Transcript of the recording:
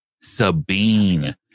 Sabine